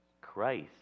Christ